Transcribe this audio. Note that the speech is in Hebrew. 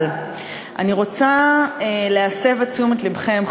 אבל אני רוצה להסב את תשומת לבכם,